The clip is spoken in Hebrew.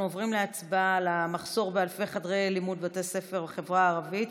אנחנו עוברים להצבעה על המחסור באלפי חדרי לימוד בבתי ספר בחברה הערבית,